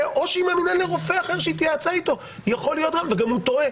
או שהיא מאמינה לרופא אחר שהיא התייעצה איתו והוא טועה